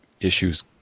issues